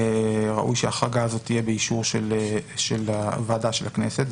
ראוי שההחרגה הזאת תהיה באישור של ועדה של הכנסת.